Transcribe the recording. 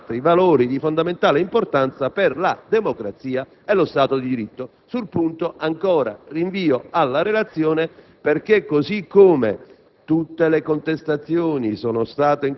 per la piena realizzazione di molti altri valori di fondamentale importanza per la democrazia e lo Stato di diritto». Sul punto rinvio alla relazione perché, come